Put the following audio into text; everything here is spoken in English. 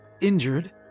injured